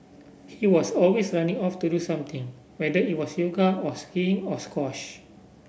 he was always running off to do something whether it was yoga or skiing or squash